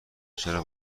چرا